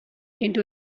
into